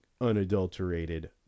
unadulterated